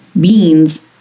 beans